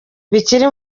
bikiri